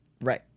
Right